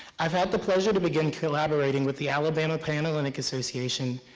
i've had the pleasure to begin collaborating with the alabama panhellenic association,